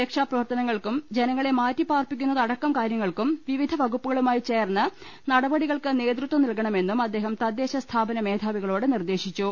രക്ഷാപ്രവർത്തനങ്ങൾക്കും ജനങ്ങളെ മാറ്റിപ്പാർപ്പി ക്കുന്ന തടക്കം കാര്യങ്ങൾക്കും വിവിധ വകുപ്പുകളുമായി ചേർന്ന് നടപടികൾക്ക് നേതൃത്വം നൽകണമെന്നും അദ്ദേഹം തദ്ദേശസ്ഥാപന മേധാവി കളോട് നിർദേശിച്ചു